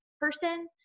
person